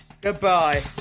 Goodbye